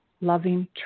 loving